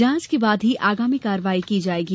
जांच के बाद ही आगामी कार्यवाही की जायेगी